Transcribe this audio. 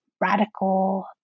radical